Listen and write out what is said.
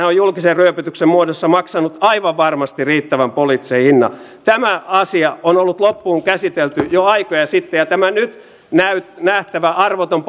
on julkisen ryöpytyksen muodossa maksanut aivan varmasti riittävän poliittisen hinnan tämä asia on ollut loppuun käsitelty jo aikoja sitten ja tämä nyt nähtävä arvoton